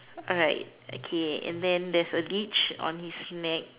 alright okay and then there's a leash on his neck